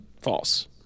False